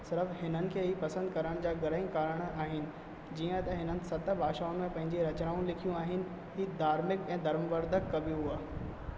सिर्फ़ु हिननि खे ई पसंदि करण जा घणेई कारणु आहिनि जीअं त हिननि सत भाषाउनि में पंहिंजी रचनाऊं लिखियूं आहिनि हीउ धार्मिक ऐं धर्मवर्धक कवि हुआ